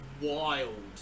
wild